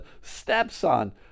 stepson